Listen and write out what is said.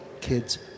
kids